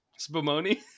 Spumoni